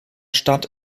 stadt